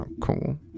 cool